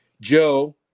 Joe